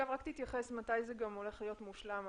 תתייחס מתי זה גם הולך להיות מושלם,